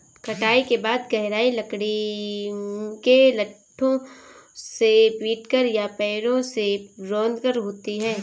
कटाई के बाद गहराई लकड़ी के लट्ठों से पीटकर या पैरों से रौंदकर होती है